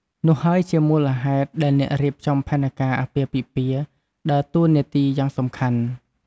នោះហើយជាមូលហេតុដែលអ្នករៀបចំផែនការអាពាហ៍ពិពាហ៍ដើរតួនាទីយ៉ាងសំខាន់។